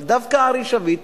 אבל דווקא ארי שביט,